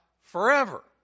forever